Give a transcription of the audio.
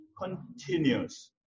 continuous